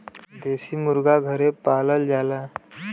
देसी मुरगा घरे पालल जाला